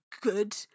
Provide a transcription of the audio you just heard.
good